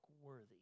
worthy